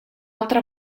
altra